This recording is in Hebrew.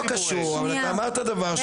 לא קשור, אמרת דבר.